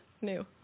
new